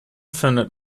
findet